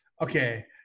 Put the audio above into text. okay